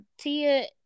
Tia